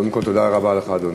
קודם כול, תודה רבה לך, אדוני.